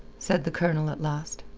said the colonel at last.